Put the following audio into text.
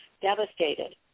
devastated